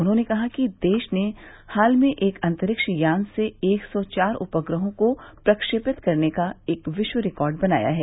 उन्होंने कहा कि देश ने हाल में एक अंतरिक्ष यान से एक सौ चार उपग्रहों को प्रक्षेपित करने का एक विश्व रिकॉर्ड बनाया है